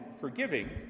forgiving